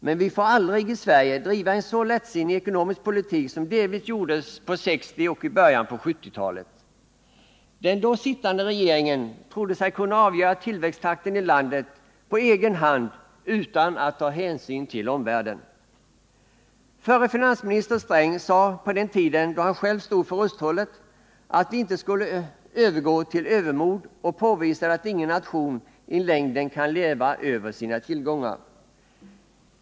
Men vi får aldrig i Sverige driva en så lättsinnig ekonomisk politik som det delvis gjordes på 1960 och i början på 1970-talet. Den då sittande regeringen trodde sig kunna avgöra tillväxttakten i landet på egen hand utan att ta hänsyn till omvärlden. Förre finansministern Sträng sade på den tiden, då han själv stod för rusthållet, att vi inte skulle övergå till övermod och påvisade att ingen nation i längden kan leva över sina tillgångar.